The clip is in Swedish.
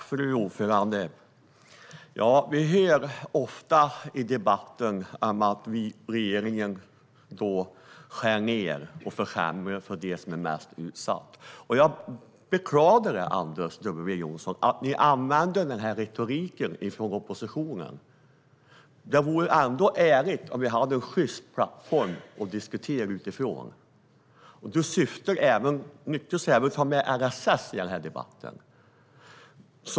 Fru talman! Vi hör ofta i debatten att regeringen skär ned och försämrar för de mest utsatta. Jag beklagar, Anders W Jonsson, att oppositionen använder den retoriken. Det vore ärligt om vi hade en sjyst plattform som utgångspunkt i diskussionen. Låt oss ta med LSS i debatten.